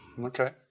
okay